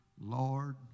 Lord